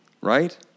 right